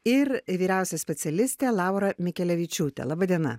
ir vyriausia specialiste laura mikelevičiūte laba diena